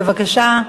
בבקשה,